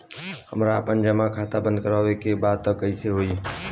हमरा आपन जमा खाता बंद करवावे के बा त कैसे होई?